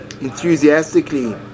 enthusiastically